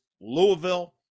Louisville